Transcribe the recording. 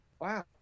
Wow